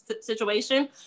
situation